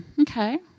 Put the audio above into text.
okay